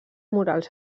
morals